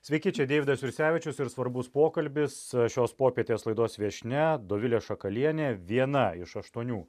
sveiki čia deividas jursevičius ir svarbus pokalbis šios popietės laidos viešnia dovilė šakalienė viena iš aštuonių